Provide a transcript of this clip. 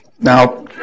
Now